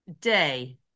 day